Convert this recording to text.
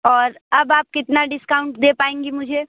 और अब आप कितना डिस्काउंट दे पाएँगी मुझे